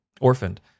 orphaned